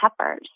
peppers